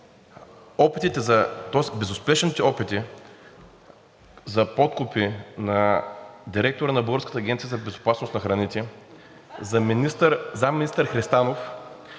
политическо ниво. Безуспешните опити за подкупи на директора на Българската агенция по безопасност на храните, заместник-министър Христанов,